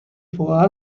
for